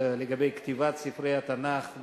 לגבי כתיבת ספרי התנ"ך,